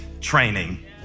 training